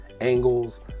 angles